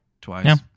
twice